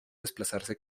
desplazarse